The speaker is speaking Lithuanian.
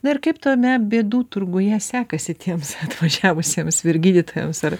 na ir kaip tame bėdų turguje sekasi tiems atvažiavusiems vyr gydytojams ar